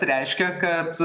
reiškia kad